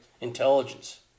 intelligence